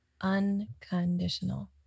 Unconditional